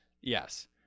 Yes